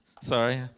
Sorry